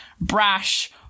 brash